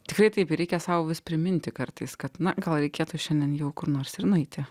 tikrai taip reikia sau vis priminti kartais kad na gal reikėtų šiandien jau kur nors ir nueiti